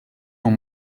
dans